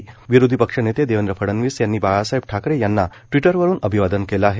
व्रिरोधी पक्ष नेते देवेंद्र फडणवीस यांनी बाळासाहेब ठाकरे यांना ट्विटरवरून अभिवादन केलं आहे